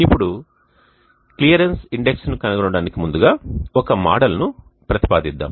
ఇప్పుడు క్లియరెన్స్ ఇండెక్స్ని కనుగొనడానికి ముందుగా ఒక మోడల్ను ప్రతిపాదిద్దాం